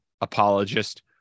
apologist